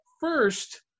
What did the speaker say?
first